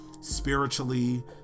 spiritually